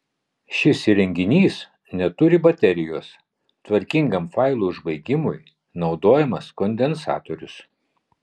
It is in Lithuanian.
šis įrenginys neturi baterijos tvarkingam failų užbaigimui naudojamas kondensatorius